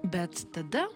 bet tada